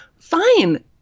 Fine